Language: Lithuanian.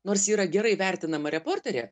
nors ji yra gerai vertinama reporterė